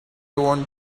want